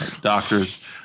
doctors